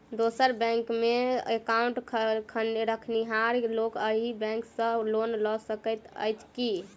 दोसर बैंकमे एकाउन्ट रखनिहार लोक अहि बैंक सँ लोन लऽ सकैत अछि की?